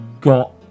got